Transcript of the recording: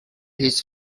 his